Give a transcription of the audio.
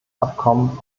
abkommen